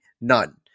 none